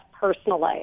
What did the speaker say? personally